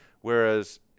Whereas